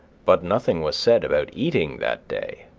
but nothing was said about eating that day.